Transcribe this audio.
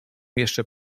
jeszcze